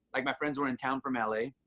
like, my friends were in town from l a.